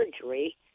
surgery